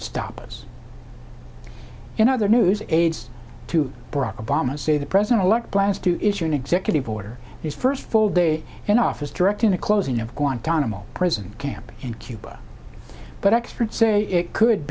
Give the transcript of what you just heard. stop us in other news aides to barack obama say the president elect plans to issue an executive order his first full day in office directing the closing of guantanamo prison camp in cuba but experts say it could